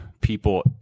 people